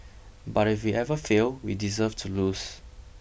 but if we ever fail we deserve to lose